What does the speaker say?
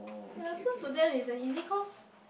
ye so today is the easy course